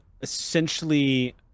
essentially